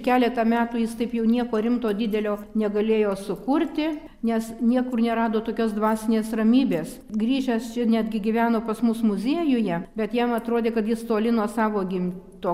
keletą metų jis taip jau nieko rimto didelio negalėjo sukurti nes niekur nerado tokios dvasinės ramybės grįžęs čia netgi gyveno pas mus muziejuje bet jam atrodė kad jis toli nuo savo gimto